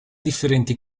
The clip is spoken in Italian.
differenti